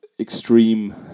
extreme